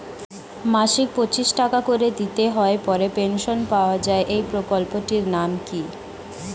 মাসিক পঁচিশ টাকা করে দিতে হয় পরে পেনশন পাওয়া যায় এই প্রকল্পে টির নাম কি?